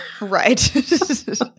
Right